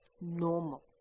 normal